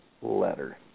letter